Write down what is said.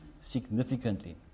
significantly